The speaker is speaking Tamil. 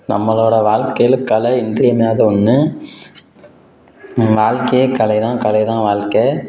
நம்மளோடய வாழ்க்கையில கலை இன்றியமையாத ஒன்று வாழ்க்கையே கலை தான் கலை தான் வாழ்க்க